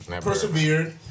persevered